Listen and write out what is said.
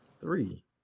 three